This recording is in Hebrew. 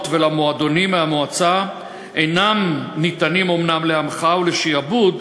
ולמועדונים מהמועצה אינה ניתנת אומנם להמחאה ולשעבוד,